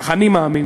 כך אני מאמין,